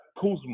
Kuzma